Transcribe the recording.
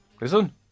Listen